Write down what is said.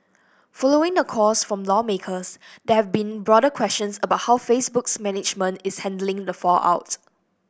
following the calls from lawmakers there have been broader questions about how Facebook's management is handling the fallout